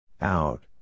Out